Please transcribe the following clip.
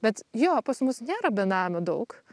bet jo pas mus nėra benamių daug